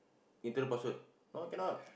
internal password oh cannot